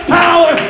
power